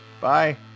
Bye